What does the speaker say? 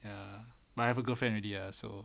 uh but I have a girlfriend already ah so